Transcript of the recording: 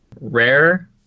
rare